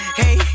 hey